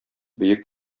бөек